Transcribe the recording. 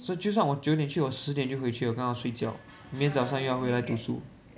so 就算我九点去我十点就回去我刚好睡觉明天早上又要回来读书